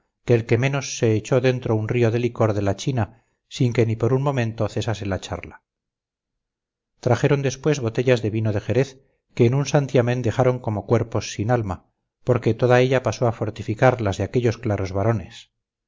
el que menos se echó dentro un río de licor de la china sin que ni un momento cesase la charla trajeron después botellas de vino de jerez que en un santiamén dejaron como cuerpos sin alma porque toda ella pasó a fortificar las de aquellos claros varones